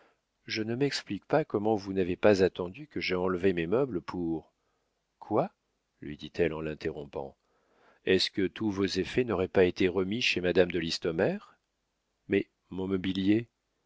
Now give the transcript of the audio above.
je ne m'explique pas comment vous n'avez pas attendu que j'aie enlevé mes meubles pour quoi lui dit-elle en l'interrompant est-ce que tous vos effets n'auraient pas été remis chez madame de listomère mais mon mobilier